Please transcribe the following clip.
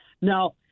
Now